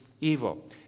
evil